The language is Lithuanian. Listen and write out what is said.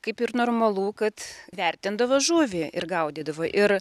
kaip ir normalu kad vertindavo žuvį ir gaudydavo ir